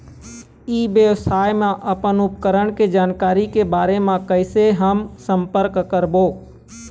ई व्यवसाय मा अपन उपकरण के जानकारी के बारे मा कैसे हम संपर्क करवो?